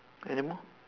anymore